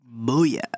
Booyah